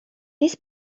this